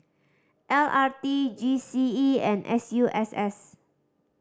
L R T G C E and S U S S